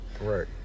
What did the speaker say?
Right